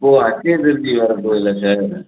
இப்போது அட்சயத் திருதி வரப்போகுதில்லை சார்